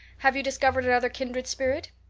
have you discovered another kindred spirit?